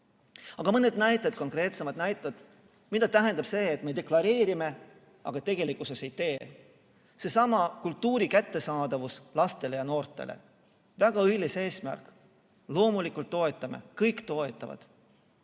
Aga mõned konkreetsemad näited, mida tähendab see, et me deklareerime, aga tegelikkuses ei tee. Seesama kultuuri kättesaadavus lastele ja noortele. Väga õilis eesmärk. Loomulikult toetame, kõik toetavad.